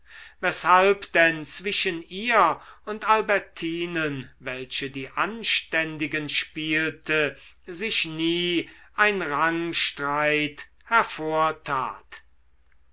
weshalb denn zwischen ihr und albertinen welche die anständigen spielte sich nie ein rangstreit hervortat